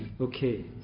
Okay